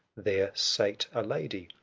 there sate a lady,